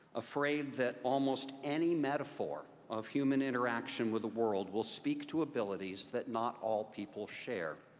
afraid that almost any metaphor of human interaction with the world will speak to abilities that not all people share.